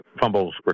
fumbles